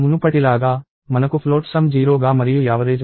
మునుపటిలాగా మనకు float sum 0 గా మరియు యావరేజ్ ఉంది